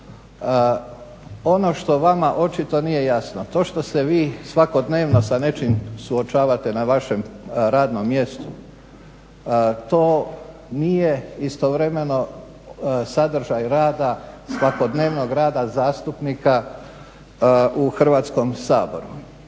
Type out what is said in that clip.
Ono što vama očito nije jasno to što se vi svakodnevno sa nečim suočavate na vašem radnom mjestu to nije istovremeno sadržaj rada svakodnevnog rada zastupnika u Hrvatskom saboru.